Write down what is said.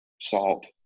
salt